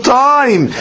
time